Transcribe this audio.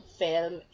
film